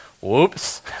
Whoops